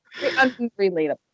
unrelatable